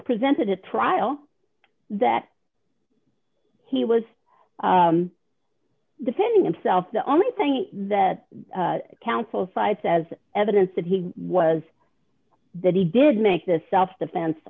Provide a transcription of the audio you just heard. presented at trial that he was defending himself the only thing that counsel cites as evidence that he was that he did make this self defense